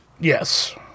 Yes